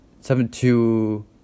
seven-two